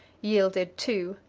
yielded too.